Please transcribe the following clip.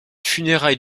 funérailles